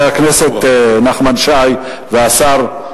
חבר הכנסת נחמן שי והשר.